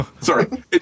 sorry